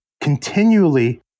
continually